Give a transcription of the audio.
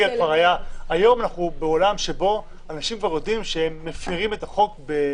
היום אנחנו בעולם שאנשים כבר יודעים שהם מפרים את החוק.